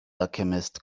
alchemist